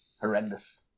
Horrendous